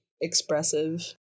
expressive